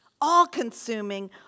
all-consuming